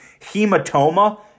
hematoma